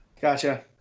Gotcha